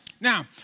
Now